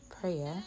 prayer